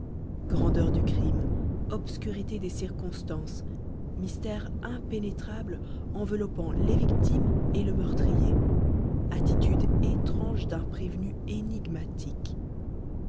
grandeur du crime obscurité des circonstances mystère impénétrable enveloppant les victimes et le meurtrier attitude étrange d'un prévenu énigmatique